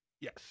yes